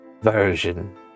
version